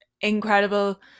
incredible